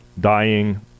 dying